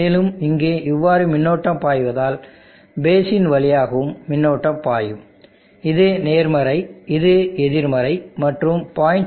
மேலும் இங்கு இவ்வாறு மின்னோட்டம் பாய்வதால் பேஸ் இன் வழியாகவும் மின்னோட்டம் பாயும் இது நேர்மறை இது எதிர்மறை மற்றும் 0